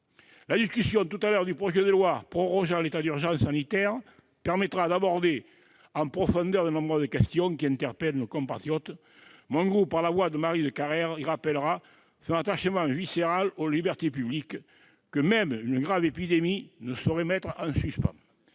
La discussion du projet de loi prorogeant l'état d'urgence sanitaire permettra d'aborder en profondeur de nombreuses questions qui interpellent nos compatriotes. Mon groupe, par la voix de Maryse Carrère, rappellera son attachement viscéral aux libertés publiques, que même une grave épidémie ne saurait mettre en suspens.